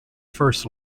first